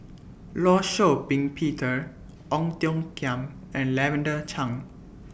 law Shau Ping Peter Ong Tiong Khiam and Lavender Chang